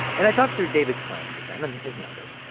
and i talked through david's claims with them and his numbers.